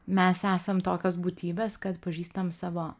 mes esam tokios būtybės kad pažįstam savo